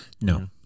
No